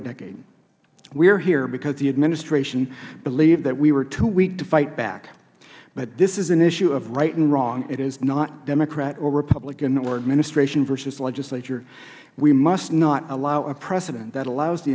decades we are here because the administration believed that we were too weak to fight back but this is an issue of right and wrong it is not democrat or republican or administration versus the legislature we must not allow a precedent that allows the